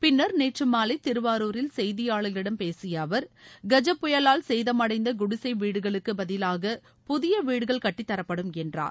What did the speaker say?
பின்னர் நேற்று மாலை திருவாரூரில் செய்தியாளர்களிடம் பேசிய அவர் கஜா புயலால் சேதமடைந்த குடிசை வீடுகளுக்கு பதிலாக புதிய வீடுகள் கட்டித்தரப்படும் என்றார்